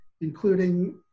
including